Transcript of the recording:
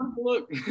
look